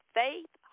faith